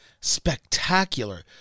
spectacular